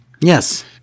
Yes